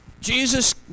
Jesus